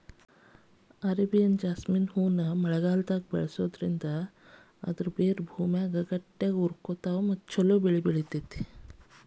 Arabian jasmine ಹೂವನ್ನ ಮಳೆಗಾಲದಾಗ ಬೆಳಿಸೋದರಿಂದ ಬೇರುಗಳು ಭೂಮಿಯಾಗ ಗಟ್ಟಿಯಾಗಿ ಗಿಡ ಚೊಲೋ ಬೆಳಿತೇತಿ